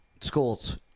Schools